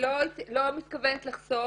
אני לא מתכוונת לחשוף,